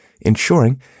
ensuring